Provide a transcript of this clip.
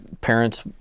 parents